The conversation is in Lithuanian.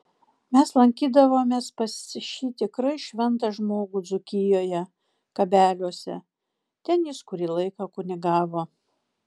mes lankydavomės pas šį tikrai šventą žmogų dzūkijoje kabeliuose ten jis kurį laiką kunigavo